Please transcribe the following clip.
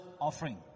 offering